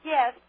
Yes